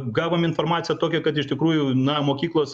gavom informaciją tokią kad iš tikrųjų na mokyklos